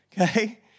Okay